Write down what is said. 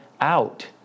out